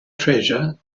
treasure